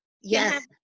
yes